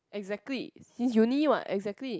exactly since uni what exactly